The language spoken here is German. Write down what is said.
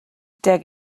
der